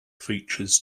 features